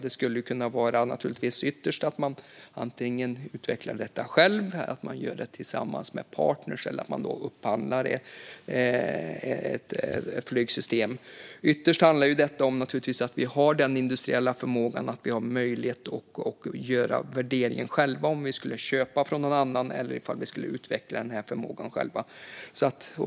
Det skulle ytterst kunna handla om att man antingen utvecklar detta själv eller gör det tillsammans med partner, eller att man upphandlar ett flygsystem. Det handlar naturligtvis om att vi har den industriella förmågan och möjligheten att själva göra värderingen om vi ska köpa av någon annan eller utveckla förmågan själva.